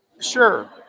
sure